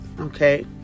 Okay